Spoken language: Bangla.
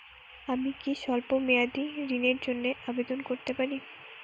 আমি কি স্বল্প মেয়াদি ঋণের জন্যে আবেদন করতে পারি?